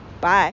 Bye